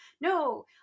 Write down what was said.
no